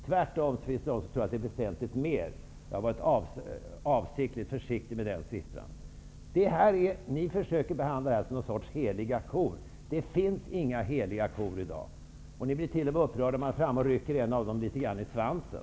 Tvärtom finns det människor som tror att den kostar betydligt mer. Jag har varit avsiktligt försiktig med denna summa. Ni försöker behandla de här frågorna som någon sorts heliga kor. Det finns inga heliga kor i dag. Ni blir t.o.m. upprörda om man är framme och rycker en av de heliga korna litet grand i svansen.